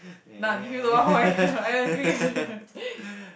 nah give you the one point I agree